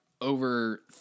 over